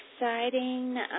exciting